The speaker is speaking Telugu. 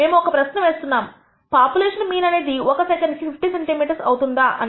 మేము ఒక ప్రశ్న వేస్తున్నాము పాపులేషన్ మీన్ అనేది ఒక సెకండ్ కి 50 సెంటీ మీటర్స్ అవుతుందా అని